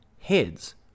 Heads